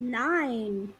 nine